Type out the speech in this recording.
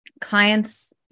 clients